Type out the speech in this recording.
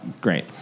great